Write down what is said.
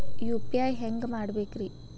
UPI ಹ್ಯಾಂಗ ಮಾಡ್ಕೊಬೇಕ್ರಿ?